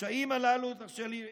הפשעים הללו, תרשה לי לסיים.